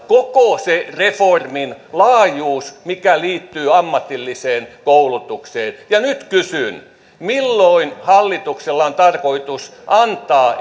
koko se reformin laajuus mikä liittyy ammatilliseen koulutukseen ja nyt kysyn milloin hallituksella on tarkoitus antaa